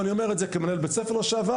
אני אומר את זה כמנהל בית ספר לשעבר